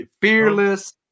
fearless